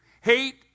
Hate